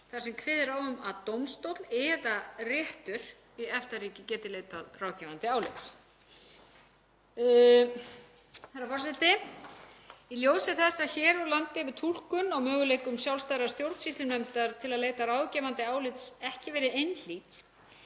þar sem kveðið er á um að dómstóll eða réttur í EFTA-ríki geti leitað ráðgefandi álits. Herra forseti. Í ljósi þess að hér á landi hefur túlkun á möguleikum sjálfstæðrar stjórnsýslunefndar til að leita ráðgefandi álits ekki verið einhlít